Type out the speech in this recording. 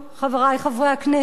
חברי חברי הכנסת,